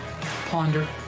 ponder